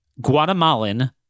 Guatemalan